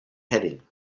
heading